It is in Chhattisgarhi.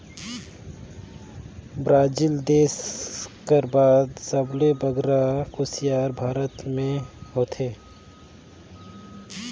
ब्राजील देस कर बाद सबले बगरा कुसियार भारत में होथे